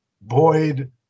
Boyd